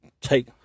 take